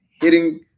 hitting